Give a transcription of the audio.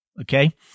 Okay